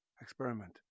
experiment